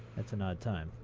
that's an odd time.